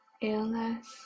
illness